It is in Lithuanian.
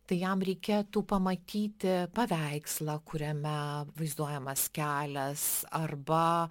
tai jam reikėtų pamatyti paveikslą kuriame vaizduojamas kelias arba